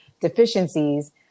deficiencies